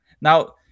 Now